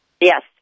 Yes